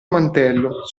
mantello